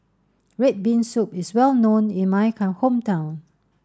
red bean soup is well known in my hometown